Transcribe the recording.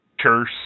Curse